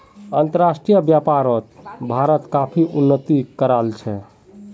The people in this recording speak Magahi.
अंतर्राष्ट्रीय व्यापारोत भारत काफी उन्नति कराल छे